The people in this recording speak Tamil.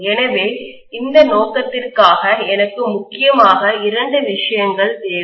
எனவே இந்த நோக்கத்திற்காக எனக்கு முக்கியமாக இரண்டு விஷயங்கள் தேவை